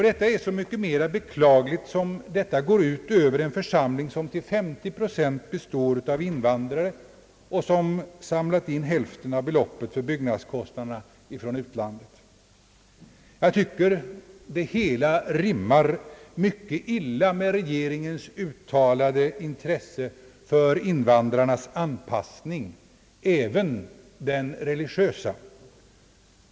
Detta är så mycket mer beklagligt som det hela går ut över en församling, som till 30 procent består av invandrare och som samlat in hälften av beloppet för byggnadskostnaderna från = utlandet. Jag tycker det hela rimmar mycket illa med regeringens uttalade intresse för invandrarnas anpassning, även den religiösa.